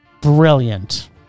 brilliant